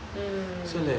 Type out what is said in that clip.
mm